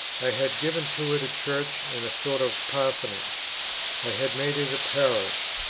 i had given to it a church and a sort of parsonage i had made it a parish,